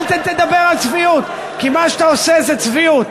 אל תדבר על צביעות, כי מה שאתה עושה זה צביעות.